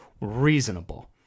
reasonable